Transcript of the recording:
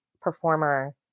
performer